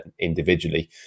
individually